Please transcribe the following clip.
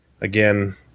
again